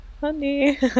Honey